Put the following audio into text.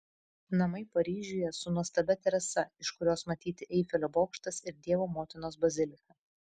namai paryžiuje su nuostabia terasa iš kurios matyti eifelio bokštas ir dievo motinos bazilika